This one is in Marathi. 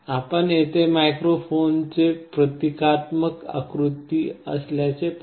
आपण येथे माइक्रोफोनचे प्रतिकात्मक आकृती असल्याचे पहा